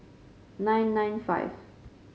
nine nine five